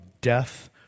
death